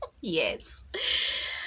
yes